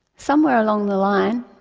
somewhere along the line,